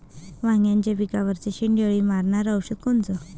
वांग्याच्या पिकावरचं शेंडे अळी मारनारं औषध कोनचं?